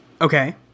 Okay